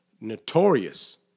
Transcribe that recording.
notorious